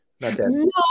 no